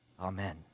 Amen